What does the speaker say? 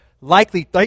likely